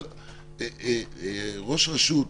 ראש רשות,